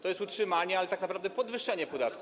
To jest utrzymanie, ale tak naprawdę podwyższenie podatku.